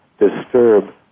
disturb